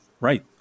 right